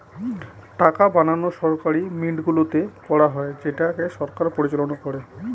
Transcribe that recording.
টাকা বানানো সরকারি মিন্টগুলোতে করা হয় যেটাকে সরকার পরিচালনা করে